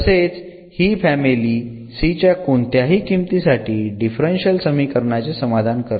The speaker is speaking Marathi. तसेच हि फॅमिली c च्या कोणत्याही किमती साठी डिफरन्शियल समीकरणाचे समाधान करते